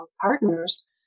partners